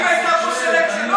אם הייתה פה סלקציה.